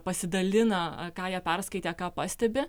pasidalina ką jie perskaitė ką pastebi